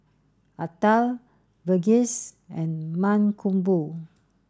Atal Verghese and Mankombu